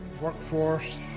workforce